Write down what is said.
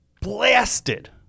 blasted